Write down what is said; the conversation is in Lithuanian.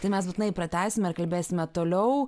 tai mes būtinai pratęsime ir kalbėsime toliau